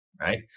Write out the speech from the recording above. right